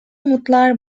umutlar